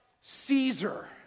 Caesar